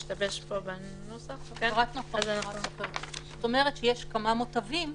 זאת אומרת שיש כמה מותבים.